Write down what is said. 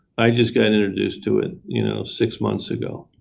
i just got introduced to it, you know, six months ago.